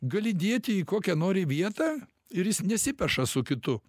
gali dėti į kokią nori vietą ir jis nesipeša su kitu